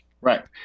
Right